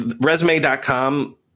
Resume.com